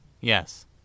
Yes